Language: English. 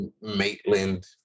Maitland